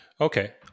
Okay